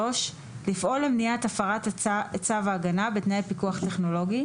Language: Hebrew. לפעול למניעת הפרת צו ההגנה בתנאי פיקוח טכנולוגי,